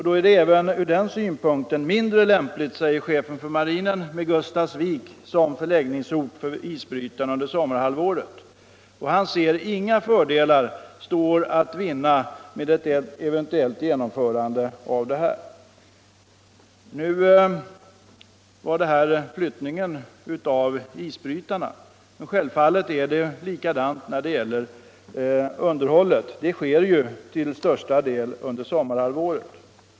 Då är det även ur den synpunkten mindre lämpligt, säger chefen för marinen, med Gustafsvik som förläggningsort för isbrytarna under sommarhalvåret. Han ser inte att några fördelar står att vinna med ett eventuellt genomförande av den föreslagna tokaliseringen. Det nu anförda gällde flyttning av isbrytarnas förläggning. Självfallet är det likadant när det gäller underhållet. Detta sker till största delen under sommarhalvåret.